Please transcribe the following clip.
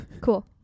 Cool